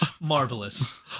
marvelous